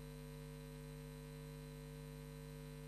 תם